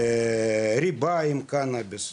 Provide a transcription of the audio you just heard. ריבה עם קנביס,